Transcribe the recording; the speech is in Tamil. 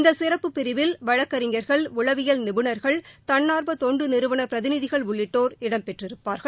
இந்த சிறப்பு பிரிவில் வழக்கறிஞர்கள் உளவியல் நிபுணர்கள் தன்னார்வ தொண்டு நிறுவன பிரதிநிதிகள் உள்ளிட்டோர் இடம்பெற்றிருப்பார்கள்